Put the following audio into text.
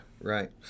right